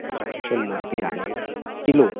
आं शंबर रुपया न्ही किलो